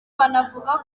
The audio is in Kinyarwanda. banavuga